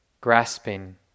grasping